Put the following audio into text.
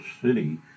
City